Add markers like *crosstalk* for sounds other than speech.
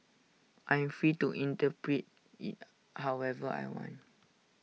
I am free to interpret IT *hesitation* however I want